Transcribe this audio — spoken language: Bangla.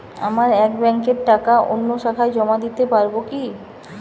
আমার এক ব্যাঙ্কের টাকা অন্য শাখায় জমা দিতে পারব কি?